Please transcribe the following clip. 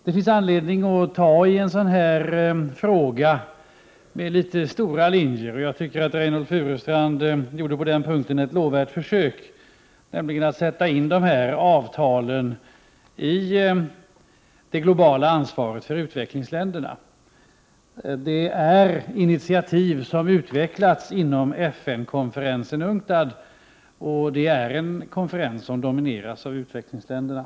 Det finns anledning att i en sådan här fråga se till rätt stora linjer, och jag tycker att Reynoldh Furustrand i det avseendet gjorde ett lovvärt försök, nämligen att sätta de här avtalen i samband med det globala ansvaret för utvecklingsländerna. Det gäller initiativ som utvecklats inom FN-konferensen UNCTAD, en konferens som domineras av u-länderna.